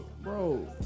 bro